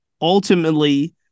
ultimately